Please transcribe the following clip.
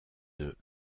eux